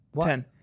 Ten